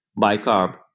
bicarb